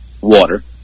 water